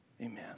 Amen